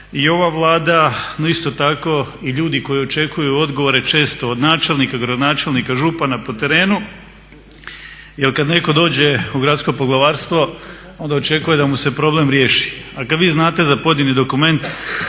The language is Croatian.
i ova Vlada no isto tako i ljudi koji očekuju odgovore četo od načelnika, gradonačelnika, župana po terenu. Jer kada netko dođe u gradsko poglavarstvo onda očekuje da mu se problem riješi. A kada vi znate za pojedini dokument